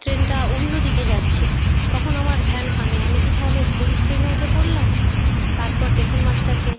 ট্রেনটা অন্য দিকে যাচ্ছে তখন আমার ধ্যান ভাঙে আমি কি তাহলে ভুল ট্রেনে উঠে পড়লাম তারপর স্টেশন মাস্টারকে